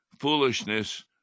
foolishness